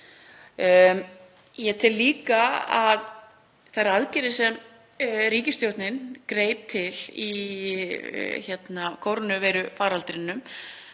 Ég tel líka að þær aðgerðir sem ríkisstjórnin greip til í kórónuveirufaraldrinum